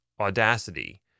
Audacity